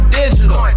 digital